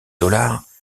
dollars